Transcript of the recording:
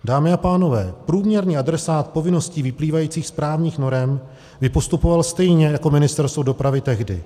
Dámy a pánové, průměrný adresát povinností vyplývajících z právních norem by postupoval stejně jako Ministerstvo dopravy tehdy.